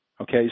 Okay